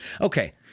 Okay